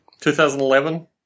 2011